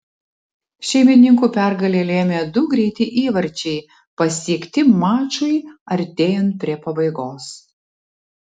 šeimininkų pergalę lėmė du greiti įvarčiai pasiekti mačui artėjant prie pabaigos